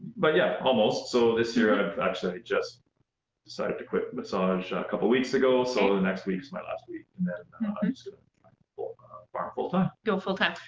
but yeah, almost, so this year i've actually just decided to quit massage a couple weeks ago, so the next week's my last week, and then i'll go like go farming full-time. go full-time.